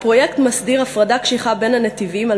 הפרויקט מסדיר הפרדה קשיחה בין הנתיבים על